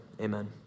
amen